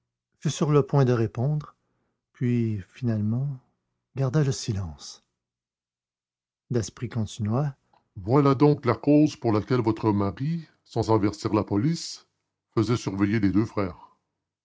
fut sur le point de répondre puis finalement garda le silence daspry continua voilà donc la cause pour laquelle votre mari sans avertir la police faisait surveiller les deux frères